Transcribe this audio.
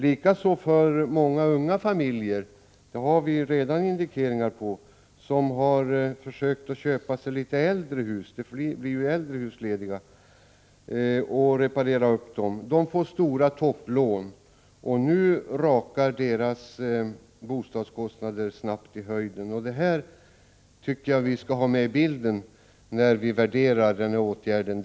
Likaså får många unga familjer som har köpt litet äldre hus för att reparera upp dem -— det blir ju äldre hus lediga — stora topplån. Det har vi redan indikeringar på. Nu rakar deras bostadskostnader snabbt i höjden. Detta tycker jag att vi skall ha med i bilden när vi värderar den här åtgärden.